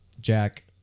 Jack